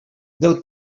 del